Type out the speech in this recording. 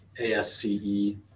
ASCE